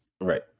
Right